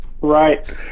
Right